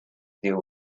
deal